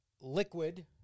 liquid